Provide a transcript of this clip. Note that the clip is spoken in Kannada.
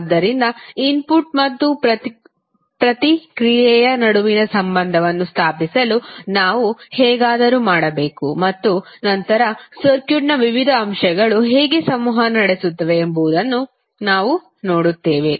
ಆದ್ದರಿಂದ ಇನ್ಪುಟ್ ಮತ್ತು ಪ್ರತಿಕ್ರಿಯೆಯ ನಡುವಿನ ಸಂಬಂಧವನ್ನು ಸ್ಥಾಪಿಸಲು ನಾವು ಹೇಗಾದರೂ ಮಾಡಬೇಕು ಮತ್ತು ನಂತರ ಸರ್ಕ್ಯೂಟ್ನ ವಿವಿಧ ಅಂಶಗಳು ಹೇಗೆ ಸಂವಹನ ನಡೆಸುತ್ತವೆ ಎಂಬುದನ್ನು ನಾವು ನೋಡುತ್ತೇವೆ